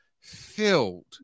filled